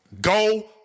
Go